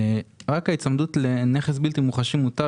רק ההיצמדות לנכס בלתי מוחשי מוטב,